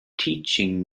teaching